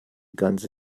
ganze